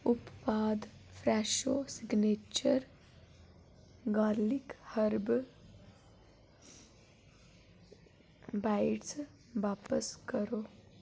उत्पाद Fresho signature garlic herb bites बापस करो